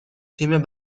تیم